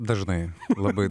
dažnai labai